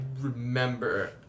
remember